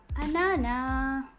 Anana